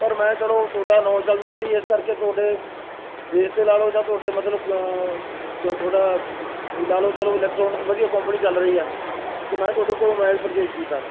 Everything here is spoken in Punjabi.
ਪਰ ਮੈਂ ਚਲੋ ਤੁਹਾਡਾ ਨਾਂ ਚਲਦਾ ਸੀ ਇਸ ਕਰਕੇ ਤੁਹਾਡੇ ਫੇਸ 'ਤੇ ਲਾ ਲਓ ਜਾਂ ਤੁਹਾਡੇ ਮਤਲਬ ਥੋੜ੍ਹਾ ਵੀ ਲਾ ਲਓ ਚਲੋ ਇਲੈਕਟਰੋਨਕ ਵਧੀਆ ਕੋਂਪਨੀ ਚੱਲ ਰਹੀ ਆ ਅਤੇ ਮੈਂ ਤੁਹਾਡੇ ਕੋਲੋਂ ਮੋਬਾਇਲ ਪਰਚੇਜ ਕੀਤਾ